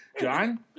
John